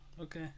Okay